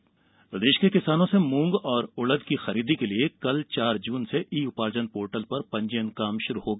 किसान पंजीयन प्रदेश के किसानों से मूंग और उडद की खरीदी के लिए कल चार जून से ई उपार्जन पोर्टल पर पंजीयन कार्य शुरू होगा